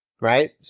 Right